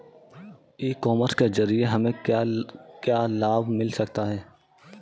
ई commerce के ज़रिए हमें क्या क्या लाभ मिल सकता है?